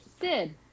Sid